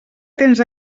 tens